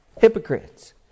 hypocrites